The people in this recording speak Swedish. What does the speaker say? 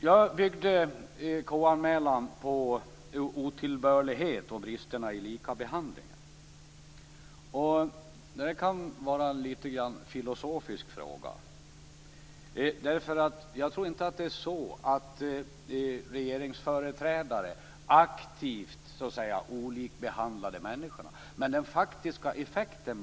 Jag bygger KU-anmälan på otillbörlighet och på bristerna i likabehandlingen. Detta kan litet grand vara en filosofisk fråga. Jag tror inte att regeringsföreträdare aktivt så att säga olikbehandlade människorna men det var den faktiska effekten.